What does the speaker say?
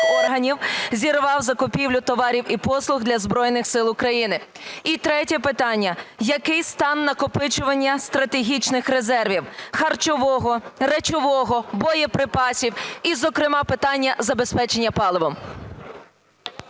органів зірвав закупівлю товарів і послуг для Збройних Сил України? І третє питання. Який стан накопичування стратегічних резервів: харчового, речового, боєприпасів і зокрема питання забезпечення паливом?